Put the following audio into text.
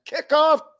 kickoff